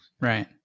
right